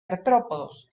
artrópodos